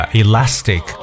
elastic